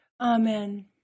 Amen